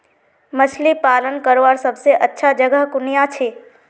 मछली पालन करवार सबसे अच्छा जगह कुनियाँ छे?